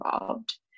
involved